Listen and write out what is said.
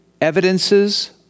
evidences